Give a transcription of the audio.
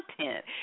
content